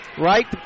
Right